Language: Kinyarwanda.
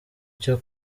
cyo